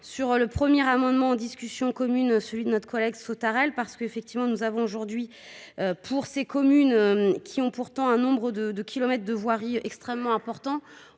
sur le premier amendement en discussion commune, celui de notre collègue Sautarel, parce qu'effectivement, nous avons aujourd'hui pour ces communes qui ont pourtant un nombre de de kilomètres de voirie. Extrêmement important,